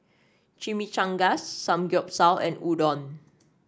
Chimichangas Samgyeopsal and Udon